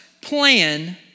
plan